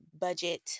budget